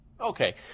Okay